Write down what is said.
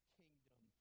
kingdom